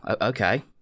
okay